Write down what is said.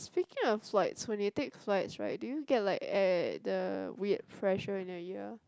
speaking of flights when you get flights right do you get like air the weird fresher in the year